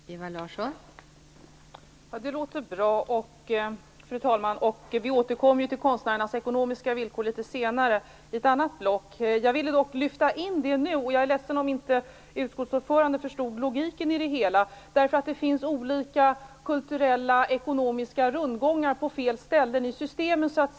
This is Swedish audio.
Fru talman! Det låter ju bra. Vi återkommer för övrigt till konstnärernas ekonomiska villkor litet senare i ett annat block. Jag ville dock lyfta in det nu, och jag är ledsen om utskottsordföranden inte förstod logiken i det hela. Det finns olika kulturella ekonomiska rundgångar på fel ställen i systemet.